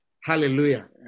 Hallelujah